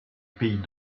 pays